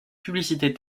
publicités